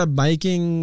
biking